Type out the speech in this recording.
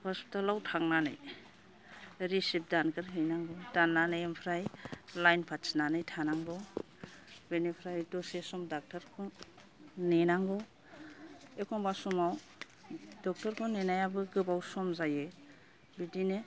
हस्पितालाव थांनानै रिसिप दानग्रोहैनांगौ दाननानै ओमफ्राय लाइन फाथिनानै थानांगौ बेनिफ्राय दसे सम डाक्टारखौ नेनांगौ एखम्ब्ला समाव डक्ट'रखौ नेनायाबो गोबाव सम जायो बिदिनो